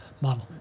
model